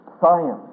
science